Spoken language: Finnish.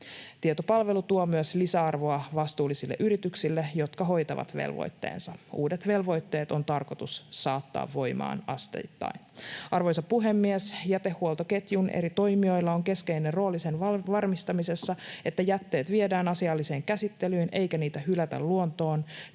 Tietopalvelu tuo myös lisäarvoa vastuullisille yrityksille, jotka hoitavat velvoitteensa. Uudet velvoitteet on tarkoitus saattaa voimaan asteittain. Arvoisa puhemies! Jätehuoltoketjun eri toimijoilla on keskeinen rooli sen varmistamisessa, että jätteet viedään asialliseen käsittelyyn eikä niitä hylätä luontoon